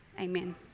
amen